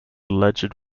alleged